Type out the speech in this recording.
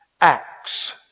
acts